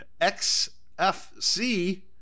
XFC